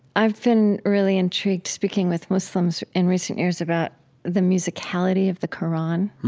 i've been really intrigued speaking with muslims in recent years about the musicality of the qur'an.